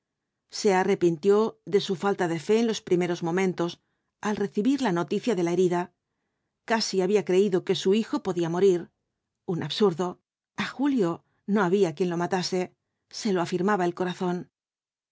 se arrepintió de su falta de fe en los primeros momentos al recibir la noticia de la herida casi había creído que su hijo podía morir un absurdo a julio no había quien lo matase se lo afirmaba el corazón